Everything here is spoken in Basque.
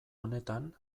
honetan